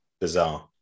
Bizarre